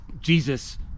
Jesus